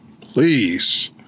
please